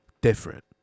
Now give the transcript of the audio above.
different